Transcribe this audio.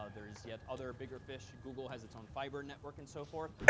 ah there is yet other bigger fish. google has its own fiber network and so forth